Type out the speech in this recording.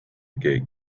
gate